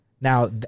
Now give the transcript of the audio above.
now